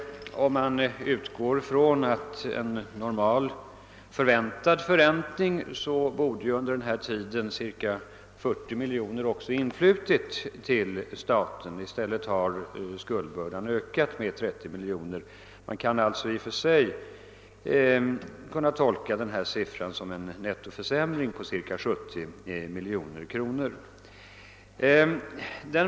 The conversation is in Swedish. Om man utgår från en normal förväntad förräntning borde ju under denna tid ca 40 miljoner också ha influtit till staten. I stället har skuldbördan ökat med 30 miljoner. Man kan alltså i och för sig tolka siffrorna som en nettoförsämring på ca 70 miljoner kronor.